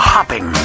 Hopping